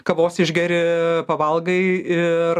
kavos išgeri pavalgai ir